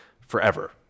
forever